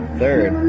third